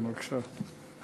כן, בבקשה.